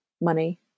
money